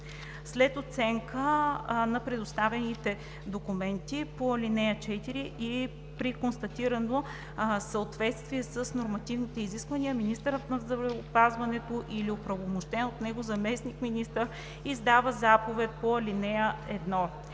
След оценка на предоставените документи по ал. 4 и при констатирано съответствие с нормативните изисквания, министърът на здравеопазването или оправомощен от него заместник-министър издава заповед по ал. 1.